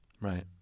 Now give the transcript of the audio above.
Right